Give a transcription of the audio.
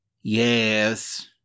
Yes